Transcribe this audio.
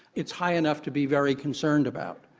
it's high enough to be very concerned about.